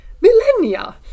millennia